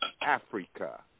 Africa